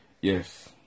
Yes